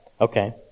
Okay